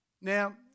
Now